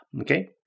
Okay